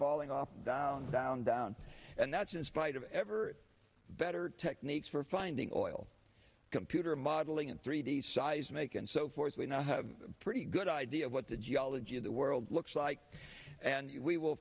falling off down down down and that's in spite of ever better techniques for finding oil computer modeling and three d seismic and so forth we now have a pretty good idea of what the geology of the world looks like and we will